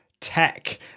tech